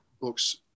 books